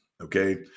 Okay